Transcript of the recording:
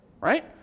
right